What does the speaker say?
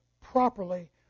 properly